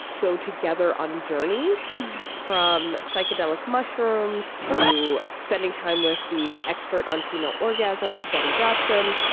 go together on journeys from psychedelic mushrooms to spending time with the expert on female orgasm. betty dodson.